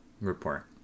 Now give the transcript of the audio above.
Report